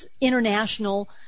international